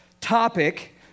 topic